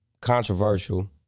controversial